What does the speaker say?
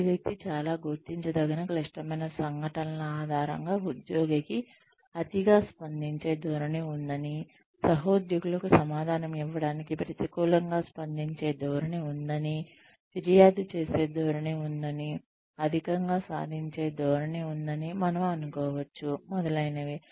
ఈ వ్యక్తి చాలా గుర్తించదగిన క్లిష్టమైన సంఘటనల ఆధారంగా ఉద్యోగికి అతిగా స్పందించే ధోరణి ఉందని సహోద్యోగులకు సమాధానం ఇవ్వడానికి ప్రతికూలంగా స్పందించే ధోరణి ఉందని ఫిర్యాదు చేసే ధోరణి ఉందని అధికంగా సాధించే ధోరణి ఉందని మనము అనుకోవచ్చు మొదలగునవి